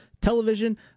television